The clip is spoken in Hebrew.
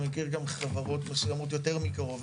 אני מכיר גם חברות מסוימות יותר מקרוב.